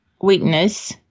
weakness